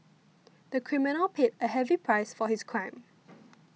the criminal paid a heavy price for his crime